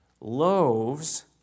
loaves